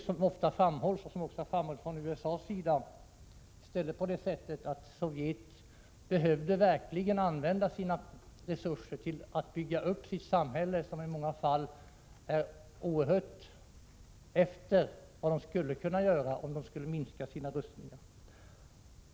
Som ofta har framhållits från USA:s sida är det i stället på det sättet att Sovjet verkligen skulle behöva använda sina resurser till att bygga upp sitt eget samhälle, som på många områden är oerhört efter i förhållande till vad det skulle vara om man minskade sina rustningar.